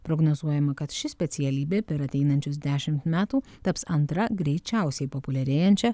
prognozuojama kad ši specialybė per ateinančius dešimt metų taps antra greičiausiai populiarėjančia